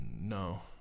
No